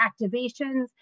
activations